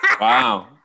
Wow